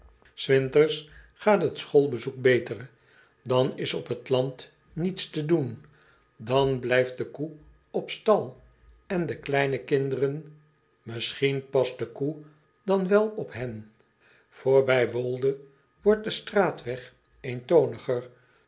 inters gaat het schoolbezoek beter an is op het land niets te doen clan blijft de koe op stal en de kleine kinderen isschien past de koe dan wel op hen oorbij oolde wordt de straatweg eentooniger